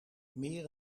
meer